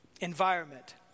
Environment